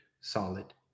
solid